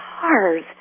cars